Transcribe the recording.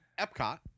Epcot